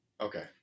Okay